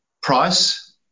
price